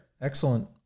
Excellent